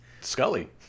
Scully